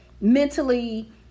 mentally